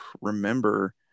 remember